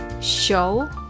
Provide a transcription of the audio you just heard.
show